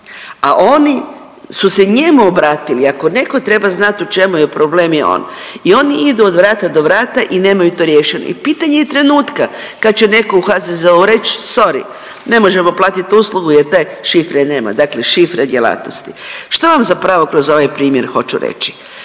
a oni su se njemu obratili, ako neko treba znat u čemu je problem je on i oni idu od vrata do vrata i nemaju to riješeno i pitanje je trenutka kad će neko u HZZO-u reć sorry ne možemo platit uslugu jer te šifre nema, dakle šifre djelatnosti. Što vam zapravo kroz ovaj primjer hoću reći?